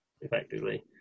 effectively